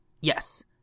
Yes